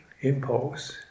impulse